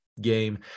game